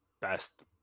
best